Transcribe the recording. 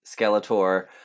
Skeletor